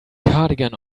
cardigan